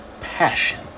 passion